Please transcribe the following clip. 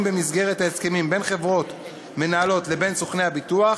במסגרת ההסכמים בין חברות מנהלות לבין סוכני הביטוח